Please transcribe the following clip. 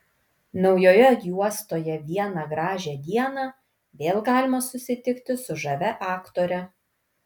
naujoje juostoje vieną gražią dieną vėl galima susitikti su žavia aktore